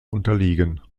unterliegen